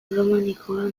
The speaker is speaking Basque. erromanikoa